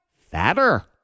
Fatter